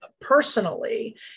personally